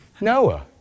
Noah